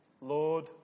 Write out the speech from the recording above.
Lord